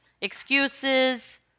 excuses